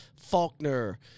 Faulkner